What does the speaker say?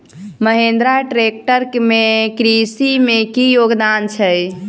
Mahindra tractor केँ कृषि मे की योगदान छै?